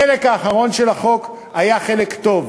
החלק האחרון של החוק היה חלק טוב.